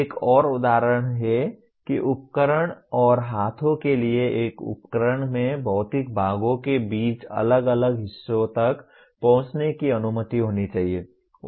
एक और उदाहरण है कि उपकरण और हाथों के लिए एक उपकरण में भौतिक भागों के बीच अलग अलग हिस्सों तक पहुंचने की अनुमति होनी चाहिए